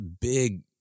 big